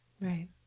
right